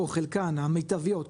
או חלקן המיטביות,